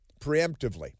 preemptively